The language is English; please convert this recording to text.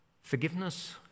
Forgiveness